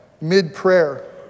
mid-prayer